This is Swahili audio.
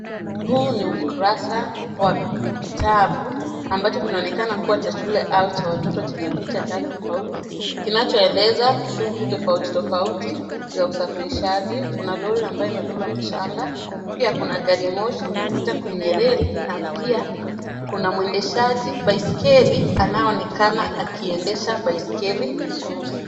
Huu ni ukurasa wa kitabu ambacho kinaonekana kuwa cha shule au cha watoto chenye picha tatu tofauti kinachoeleza shughuli tofauti tofauti za usafirishaji. Kuna lori ambayo imebeba mchanga, pia kuna gari moshi linapita kwenye reli na pia kuna mwendeshaji baiskeli anayeonekana akiendesha baiskeli vizuri.